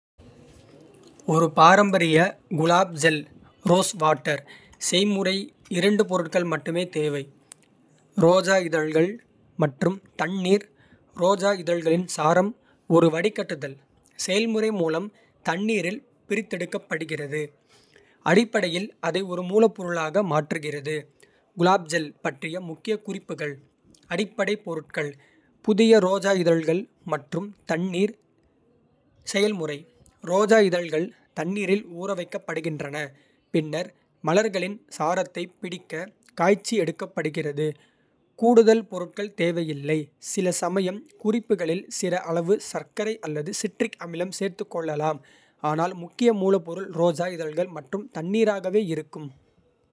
ஒரு பாரம்பரிய gulab jal rose water. செய்முறைக்கு இரண்டு பொருட்கள் மட்டுமே தேவை. ரோஜா இதழ்கள் மற்றும் தண்ணீர் ரோஜா. இதழ்களின் சாரம் ஒரு வடிகட்டுதல் செயல்முறை. மூலம் தண்ணீரில் பிரித்தெடுக்கப்படுகிறது. அடிப்படையில் அதை ஒரு மூலப்பொருளாக மாற்றுகிறது. குலாப் ஜல் பற்றிய முக்கிய குறிப்புகள். அடிப்படை பொருட்கள் புதிய ரோஜா. இதழ்கள் மற்றும் தண்ணீர். செயல்முறை ரோஜா இதழ்கள் தண்ணீரில். ஊறவைக்கப்படுகின்றன பின்னர் மலர்களின். சாரத்தைப் பிடிக்க காய்ச்சி எடுக்கப்படுகிறது. கூடுதல் பொருட்கள் தேவையில்லை: சில சமையல். குறிப்புகளில் சிறிய அளவு சர்க்கரை அல்லது சிட்ரிக். அமிலம் சேர்த்துக் கொள்ளலாம் ஆனால் முக்கிய. மூலப்பொருள் ரோஜா இதழ்கள் மற்றும் தண்ணீராகவே இருக்கும்.